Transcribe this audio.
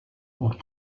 ont